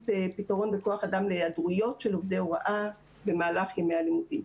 פתרון בכוח אדם להיעדרויות של עובדי הוראה במהלך ימי הלימודים.